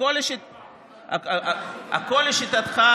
עוד פעם, הכול לשיטתך.